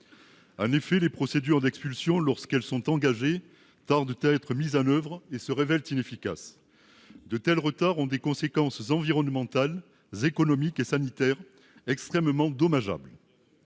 En effet, les procédures d'expulsion, lorsqu'elles sont engagées, tardent à être mises en oeuvre et se révèlent inefficaces. Tout à fait ! De tels retards ont des conséquences environnementales, économiques et sanitaires extrêmement dommageables